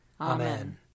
Amen